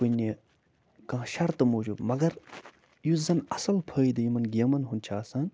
کُنہِ کانٛہہ شرطہٕ موجوٗب مگر یُس زَنہٕ اَصٕل فٲیِدٕ یِمَن گیمَن ہُنٛد چھِ آسان